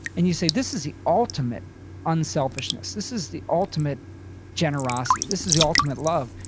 and you say this is the ultimate unselfishness. this is the ultimate generosity. this is the ultimate love.